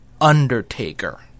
Undertaker